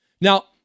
Now